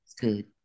good